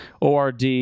ORD